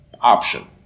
option